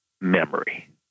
memory